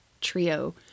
trio